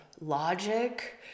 logic